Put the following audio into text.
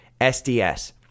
SDS